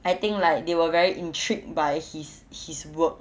I think like they were very intrigued by his his work